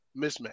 mismatch